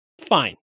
fine